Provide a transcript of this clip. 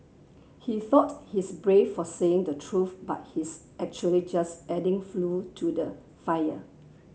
he thought he's brave for saying the truth but he's actually just adding flue to the fire